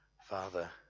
Father